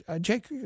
Jake